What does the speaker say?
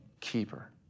keeper